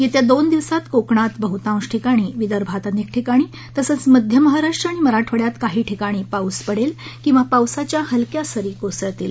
येत्या दोन दिवसात कोकणात बहतांश ठिकाणी विदर्भात अनेक ठिकाणी तसंच मध्य महाराष्ट्र आणि मराठवाङ्यात काही ठिकाणी पाऊस पडेल किंवा पावसाच्या हलक्या सरी कोसळतील